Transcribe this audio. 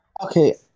okay